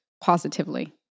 positively